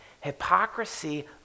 hypocrisy